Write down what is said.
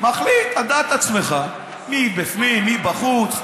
מחליט על דעת עצמך מי בפנים מי בחוץ.